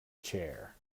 chair